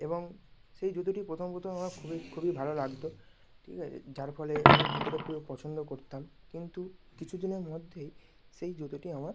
এবং সেই জুতোটি প্রথম প্রথম আমার খুবই খুবই ভালো লাগতো ঠিক আছে যার ফলে আমি জুতোটা খুবই পছন্দ করতাম কিন্তু কিছু দিনের মধ্যেই সেই জুতোটি আমার